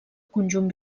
conjunt